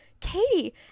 Katie